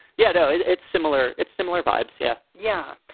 yeah, so and it's similar. it's similar vibes. yeah yeah.